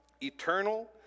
eternal